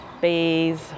bees